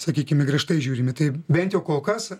sakykime griežtai žiūrime tai bent jau kol kas